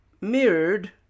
mirrored